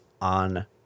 on